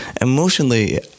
emotionally